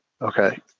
Okay